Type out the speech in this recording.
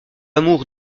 amour